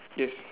yes